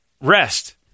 Rest